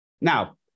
Now